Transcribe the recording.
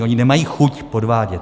Oni nemají chuť podvádět.